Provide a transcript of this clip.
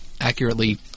accurately